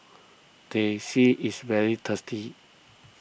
Teh C is very tasty